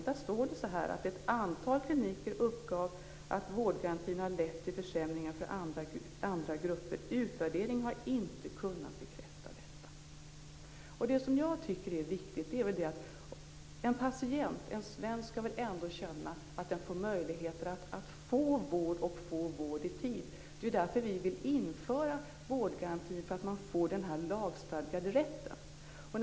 Där framgår det att ett antal kliniker uppgav att vårdgarantin har lett till försämringar för andra grupper, men att en utvärdering inte har kunnat bekräfta detta. En svensk patient skall väl ändå känna att han får möjlighet att få vård i tid. Det är därför vi vill införa vårdgarantin, dvs. för att få den lagstadgade rätten.